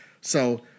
So-